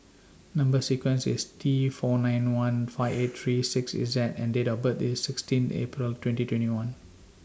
Number sequence IS T four nine one five eight three six Z and Date of birth IS sixteen April twenty twenty one